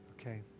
Okay